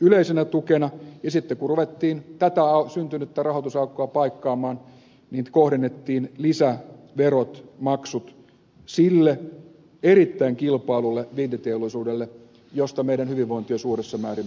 yleisenä tukena ja sitten kun ruvettiin tätä syntynyttä rahoitusaukkoa paikkaamaan kohdennettiin lisäverot maksut sille erittäin kilpaillulle vientiteollisuudelle josta meidän hyvinvointimme on suuressa määrin myös jatkossa riippuvainen